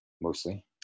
mostly